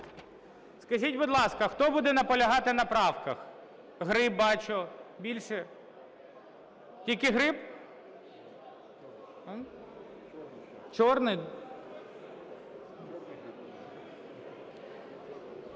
Скажіть, будь ласка, хто буде наполягати на правках? Гриб, бачу. Більше… Тільки Гриб? Чорний.